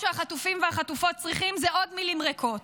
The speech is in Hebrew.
שהחטופים והחטופות צריכים הוא עוד מילים ריקות.